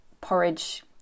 porridge